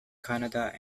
canada